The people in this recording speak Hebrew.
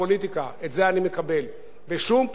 בשום פנים ואופן לא יכולה להיות איזו מגבלה.